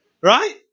right